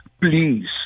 Please